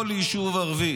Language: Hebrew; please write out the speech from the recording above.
כל יישוב ערבי